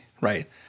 right